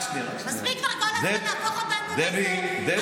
מספיק כבר כל הזמן להפוך אותנו, אתה